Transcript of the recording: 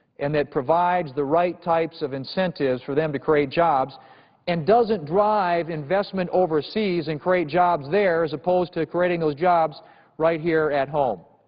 and that provides the right types of incentives for them to create jobs and doesn't drive investment overseas and create jobs there as opposed to creating those jobs right here at home.